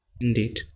Indeed